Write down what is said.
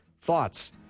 thoughts